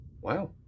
Wow